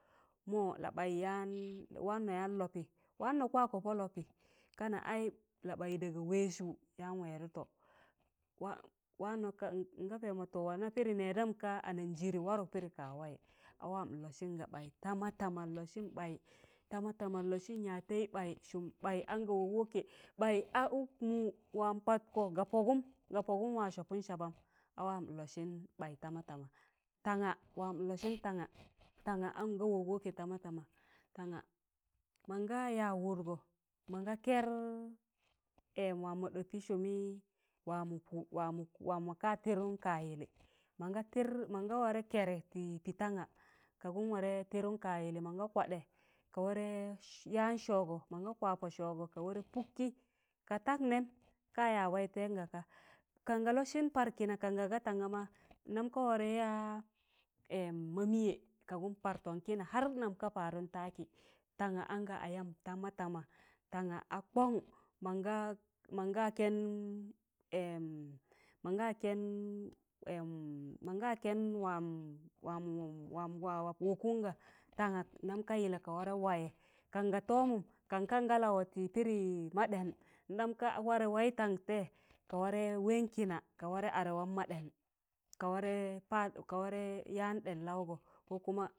mọ laɓai yaan wannọ yan lọpị, wannọ kwakọ pọ lọpị kana ai laɓaị daga wẹiz ụ yan wẹdụtọ wa- wanno ka n nga pẹẹmọ wana pịdị nẹdam ka ananjịrị warụk pịdị kaa waị, awam n lọsịn ga ɓaị tama tama n lọsịn ɓaị tama tama n lọsịn yaj tẹị ɓaị sụm ɓ̣aị an ga wọk wọkẹ ɓaị a ụk mụụ wam kwatgọ ga pọgụm ga pọgụm wa sọpụn sabam a wam n lọsịn ɓaị tama tama. Tanga wam n lọsịn tanga, tanga anga wọk wọkẹ tama tama tanga mọnga yaj wụdgọ mọnga kẹr wam mọ ɗọpị sụmị wamụ ku wamo ku wam mọn ka tịrụn kayịlị mọnga tịr monga warẹ kẹrị tị ti tanga ka gun warẹ tịrụm ka yịlị mọnga kwaɗẹ ka warẹ yan sọọgọ mọnga kwa pọ ya sọọgọ ka warẹ pụgkị ka tang nẹẹm ka ya waịtaịyẹn ngaka kanga lọsịn parkịna kanga ga tanga ma ndam ka warẹ ya ma mịyẹ ka gan partọn kịna har nam ka padụn tạkị tanga anga ayam tama tama tanga a kọṇ mọnga kẹn mọnga kẹn wam ma wọkụnga tanga ndam ka yịllẹ ka warẹ wayị kan ga tọmụm kan kanga lawọ tị pịdị ma ɗen n dam ka warẹ waị tang tẹi̱yẹ ka warẹ wẹn kịna ka warẹ yan ɗẹn laụgọ, kokuma